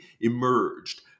emerged